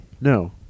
No